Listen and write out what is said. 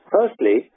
Firstly